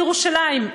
בירושלים,